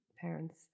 parents